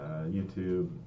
YouTube